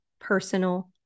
personal